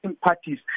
parties